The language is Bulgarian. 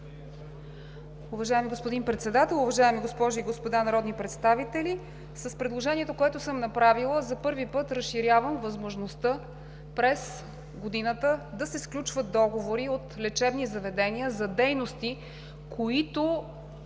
Уважаеми господин Председател, уважаеми госпожи и господа народни представители! С предложението, което съм направила, за първи път, разширявам възможността през годината да се сключват договори от лечебни заведения за дейности, които